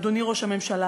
אדוני ראש הממשלה,